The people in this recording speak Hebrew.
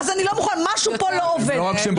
משהו פה לא עובד.